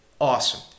Awesome